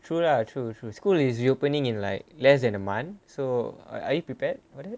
true lah true true school is reopening in like less than a month so are are you prepared